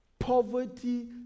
Poverty